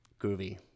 Groovy